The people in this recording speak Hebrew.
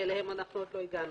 שאליהם עוד לא הגענו.